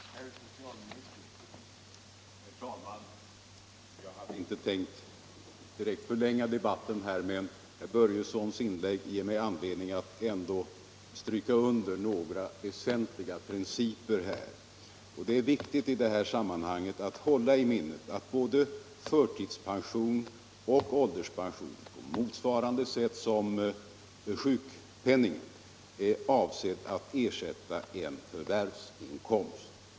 Herr talman! Jag hade inte tänkt att förlänga debatten, men herr Börjessons i Falköping inlägg ger mig ändå anledning att stryka under några väsentliga principer. Det är viktigt att i detta sammanhang hålla i minnet att både förtidspension och ålderspension — på motsvarande sätt som sjukpenningen — är avsedd att ersätta en förvärvsinkomst.